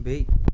بیٚیہِ